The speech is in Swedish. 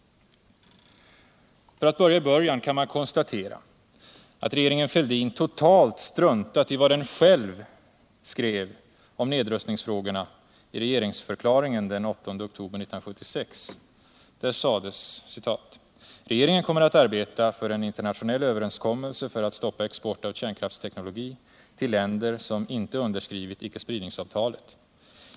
För att börja i början kan man konstatera att regeringen Fälldin totalt struntat i vad den själv skrev om nedrustningsfrågorna i regeringsförklaringen den 8 oktober 1976. Där sades: ”Regeringen kommer att arbeta för en internationell överenskommelse för att stoppa export av kärnkraftsteknologi till länder som inte underskrivit icke-spridningsavtalet.